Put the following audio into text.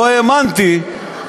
לא האמנתי.